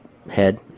Head